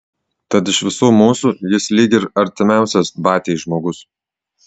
tad iš visų mūsų jis lyg ir artimiausias batiai žmogus